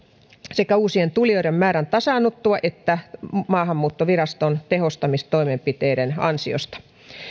sekä uusien tulijoiden määrän tasaannuttua että maahanmuuttoviraston tehostamistoimenpiteiden ansiosta